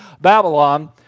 Babylon